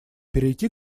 перейти